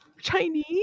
Chinese